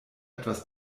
etwas